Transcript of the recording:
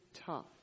tough